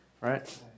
right